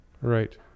right